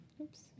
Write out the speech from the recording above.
Oops